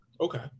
okay